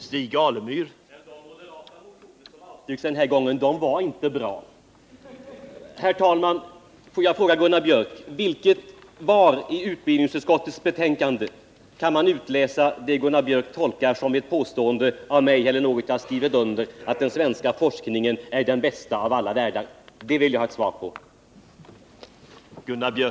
Herr talman! Men de moderata motioner som avstyrkts av utskottet denna gång var inte bra. Låt mig vidare, herr talman, fråga Gunnar Biörck i Värmdö, var i utskottets betänkande man kan utläsa det som Gunnar Biörck tolkar som ett av mig underskrivet påstående om att den svenska forskningen är den bästa av alla världar.